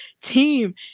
Team